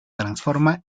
transforma